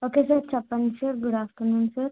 okay sir చెప్పండి sir good afternoon sir